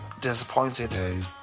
disappointed